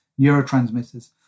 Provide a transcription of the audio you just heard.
neurotransmitters